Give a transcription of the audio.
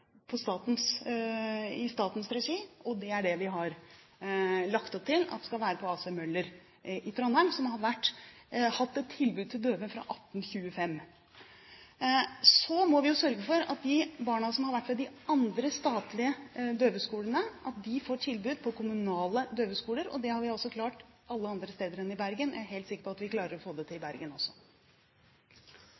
i statens regi, og det er dét vi har lagt opp til skal være ved A.C. Møller i Trondheim, som har hatt et tilbud til døve fra 1825. Så må vi sørge for at de barna som har vært ved de andre statlige døveskolene, får et tilbud på kommunale døveskoler, og det har vi altså klart alle andre steder enn i Bergen. Jeg er helt sikker på at vi klarer å få det til